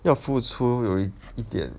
要付出有一点